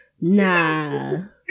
Nah